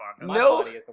no